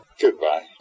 Goodbye